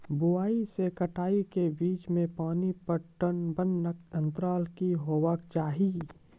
बुआई से कटाई के बीच मे पानि पटबनक अन्तराल की हेबाक चाही?